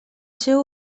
seu